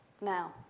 Now